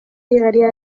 llegaría